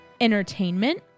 entertainment